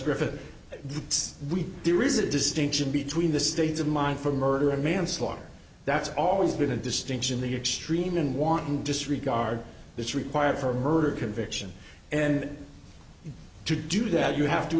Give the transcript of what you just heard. griffith we there is a distinction between the state of mind for murder and manslaughter that's always been a distinction the extreme and wanton disregard that's required for a murder conviction and to do that you have to